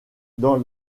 dans